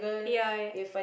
ya